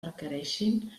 requereixin